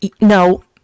No